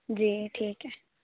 جی ٹھیک ہے